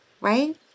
right